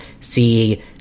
see